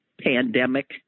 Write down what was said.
pandemic